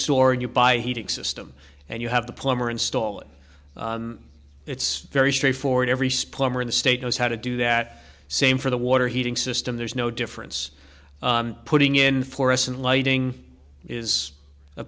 store and you buy heating system and you have the plumber install it it's very straightforward every sperm or the state knows how to do that same for the water heating system there's no difference putting in for us and lighting is a